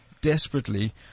desperately